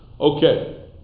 Okay